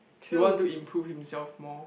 he want to improve himself more